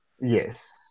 Yes